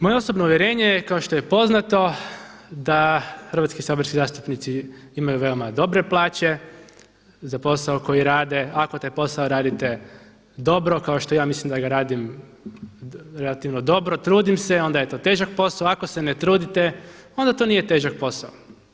Moje osobno uvjerenje kao što je poznato da hrvatski saborski zastupnici imaju veoma dobre plaće za posao koji rade, ako taj posao radite dobro kao što ja mislim da ga radim relativno dobro, trudim se onda je to težak posao, ako se ne trudite onda to nije težak posao.